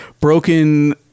broken